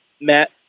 Matt